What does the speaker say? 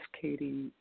Katie